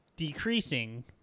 decreasing